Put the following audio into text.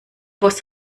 boss